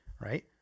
Right